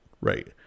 right